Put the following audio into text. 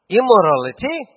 immorality